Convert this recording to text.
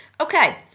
Okay